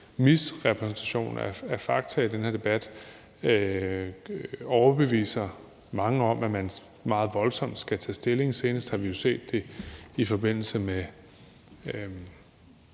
misrepræsentation af fakta i den her debat overbeviser man mange om, at man skal tage meget voldsomt stilling. Senest har vi jo set det i forbindelse med